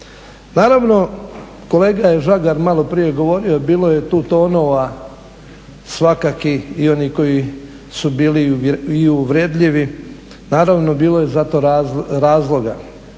Naravno, kolega Žagar je maloprije govorio bilo je tu tonova svakakvih i onih koji su bili i uvredljivi. Naravno, bilo je za to razloga.